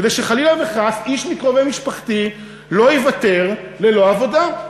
כדי שחלילה וחס איש מקרובי משפחתי לא ייוותר ללא עבודה.